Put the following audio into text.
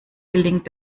gelingt